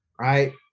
right